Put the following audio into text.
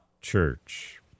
church